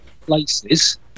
places